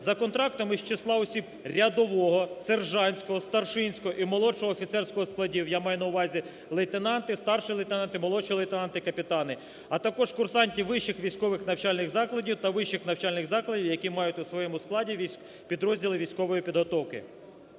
за контрактами з числа осіб рядового, сержантського, старшинського і молодшого офіцерського складів, я маю на увазі лейтенанти, старші лейтенанти, молодші лейтенанти, капітани, а також курсантів вищих військових навчальних закладів та вищих навчальних закладів, які мають у своєму складі підрозділи військової підготовки.